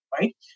Right